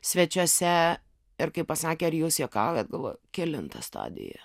svečiuose ir kai pasakė ar jūs juokaujat galvoju kelinta stadija